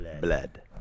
Blood